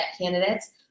candidates